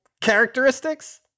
characteristics